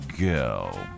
go